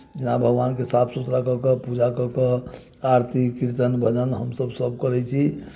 जेना भगवानकेँ साफ सुथरा कऽ कऽ पूजा कऽ कऽ आरती कीर्तन भजन हमसभ सभ करैत छी